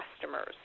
customers